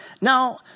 Now